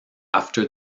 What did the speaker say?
after